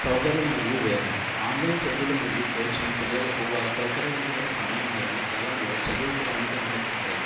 సౌకర్యం మరియు వేగం ఆన్లైన్ చదువులు మరియు కోచింగ్ పిల్లలకు వారి సౌకర్యవంతమైన సమయం మరియు స్థలంలో చదువుకోడానికి అనుమతిస్తాయ్